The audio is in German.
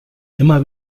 immer